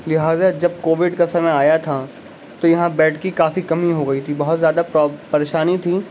لہٰذا جب کووڈ کا سمے آیا تھا تو یہاں بیڈ کی کافی کمی ہو گئی تھی بہت زیادہ پریشانی تھیں